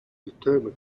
determine